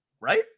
right